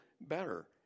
better